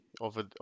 over